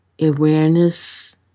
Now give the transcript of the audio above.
awareness